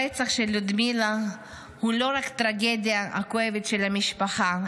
הרצח של לודמילה הוא לא רק הטרגדיה הכואבת של המשפחה,